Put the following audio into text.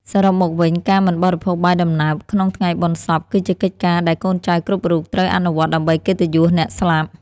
សរុបមកវិញ ការមិនបរិភោគបាយដំណើបក្នុងថ្ងៃបុណ្យសព គឺជាកិច្ចការដែលកូនចៅគ្រប់រូបត្រូវអនុវត្តដើម្បីកិត្តិយសអ្នកស្លាប់។